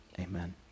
Amen